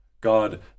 God